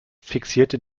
fixierte